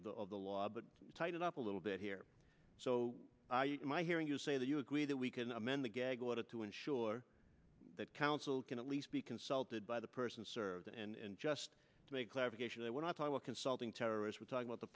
of the of the law but tighten up a little bit here so my hearing you say that you agree that we can amend the gag order to ensure that counsel can at least be consulted by the person served and just to make clarification when i talk about consulting terrorists we're talking about the